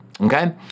Okay